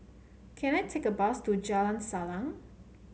can I take a bus to Jalan Salang